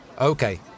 Okay